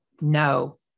No